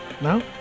no